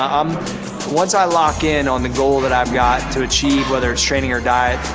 i'm once i lock in on the goal that i've got to achieve, whether it's training or diet,